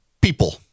people